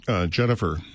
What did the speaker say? Jennifer